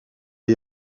est